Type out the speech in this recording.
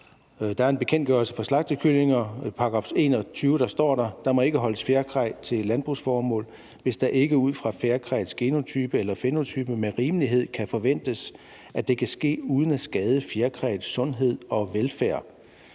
I § 21 i bekendtgørelse for slagtekyllinger står der: Der må ikke holdes fjerkræ til landbrugsformål, hvis det ikke ud fra fjerkræets genotype eller fænotype med rimelighed kan forventes, at det kan ske uden at skade fjerkræets sundhed eller velfærd.